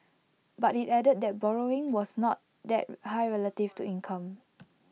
but IT added that borrowing was not that high relative to income